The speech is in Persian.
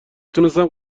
تونستم